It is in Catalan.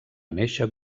néixer